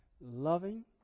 loving